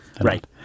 right